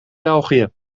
belgië